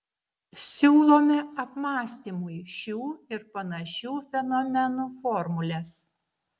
siūlome apmąstymui šių ir panašių fenomenų formules